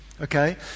Okay